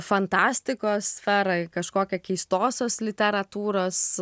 fantastikos sferą į kažkokią keistosios literatūros